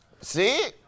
See